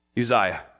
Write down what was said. Uzziah